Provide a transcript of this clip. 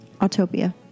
Autopia